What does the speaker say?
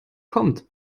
kommt